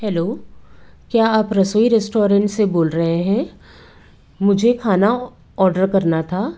hello क्या आप Rasoi restaurant से बोल रहे हैं मुझे खाना ऑर्डर करना था